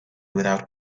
without